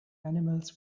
animals